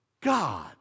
God